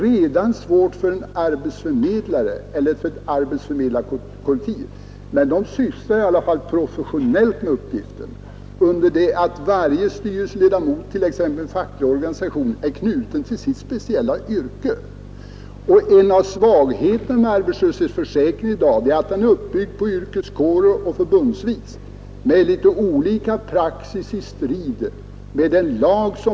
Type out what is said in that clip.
Det är svårt för en arbetsförmedlare eller för ett arbetsförmedlarkollektiv, men de sysslar i alla fall professionellt med uppgiften, under det att varje styrelseledamot, t.ex. i en facklig organisation, är knuten till sitt speciella yrke. En av svagheterna med arbetslöshetsförsäkringen i dag är att den är uppbyggd på yrkeskårer och förbundsvis med litet olika praxis.